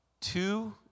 Two